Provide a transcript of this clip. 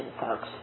folks